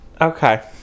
Okay